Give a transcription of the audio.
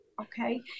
okay